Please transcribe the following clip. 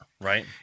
Right